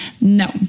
no